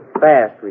fast